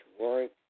work